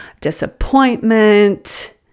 disappointment